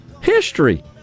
history